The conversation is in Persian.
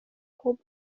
خوب